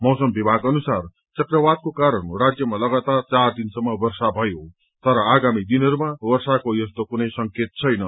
मौसमा विभाग अनुसार चक्रवातको कारण राज्यमा लगातार चार दिनसम्म वर्षा भयो तर आगामी दिनहरूमा वर्षाको यस्तो कुनै संकेत छैन